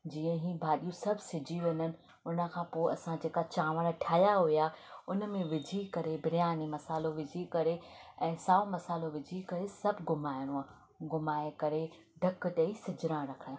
जीअं ई भाॼियूं सभु सिझी वञनि हुन खां पोइ असां जेका चांवर ठाहिया हुया हुन में विझी करे बिरयानी मसाल्हो विझी करे ऐं साओ मसाल्हो करो विझी करे सभु घुमाइणो आहे घुमाए करे ढकु ॾेई सिझणा रखिणा आहिनि